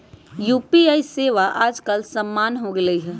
UPI सेवा सभके उपयोग याजकाल सामान्य हो गेल हइ